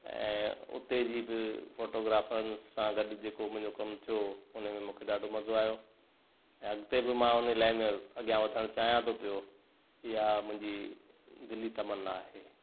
ऐं हुते जी बि फोटोग्राफ़रनि सां गॾु जे को मुंहिंजो कमु थियो हुन में मूंखे ॾाढो मज़ो आहियो ऐं अॻिते बि मां हुन लाइन में अॻियां वधणु चाहियां थो पियो इहा मुंहिंजी दिली तमन्ना आहे